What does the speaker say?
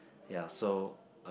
ya so